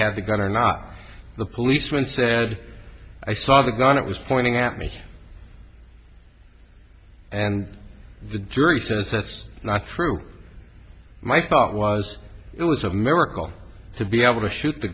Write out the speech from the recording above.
had the gun or not the policeman said i saw the gun it was pointing at me and the jury says that's not true my thought was it was a miracle to be able to shoot the